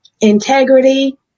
integrity